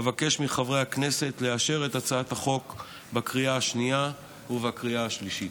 אבקש מחברי הכנסת לאשר את הצעת החוק בקריאה השנייה ובקריאה השלישית.